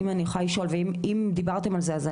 אם אוכל לשאול ואם דיברתם על זה אני